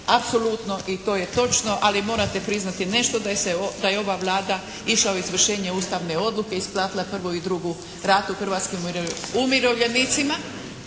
Apsolutno i to je točno. Ali morate priznati nešto, da se, da je ova Vlada išla u izvršenje ustavne odluke, isplatila prvu i drugu ratu hrvatskim umirovljenicima.